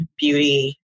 Beauty